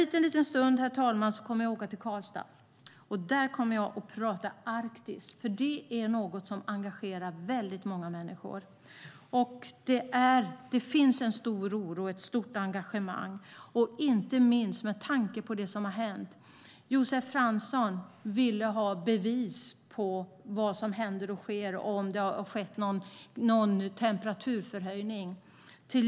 Om en liten stund kommer jag att åka till Karlstad. Där kommer jag att prata om Arktis. Det är något som engagerar väldigt många människor. Det finns en stor oro och ett stort engagemang, inte minst med tanke på det som har hänt. Josef Fransson ville ha bevis på att det har skett en temperaturförhöjning.